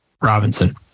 Robinson